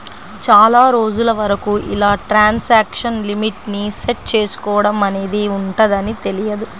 చాలా రోజుల వరకు ఇలా ట్రాన్సాక్షన్ లిమిట్ ని సెట్ చేసుకోడం అనేది ఉంటదని తెలియదు